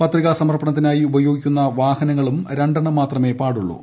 പത്രികാ സമർപ്പണത്തിനായി ഉപയോഗിക്കുന്ന വാഹനങ്ങളും രണ്ടെണ്ണം മാത്രമേ പാടുള്ളൂ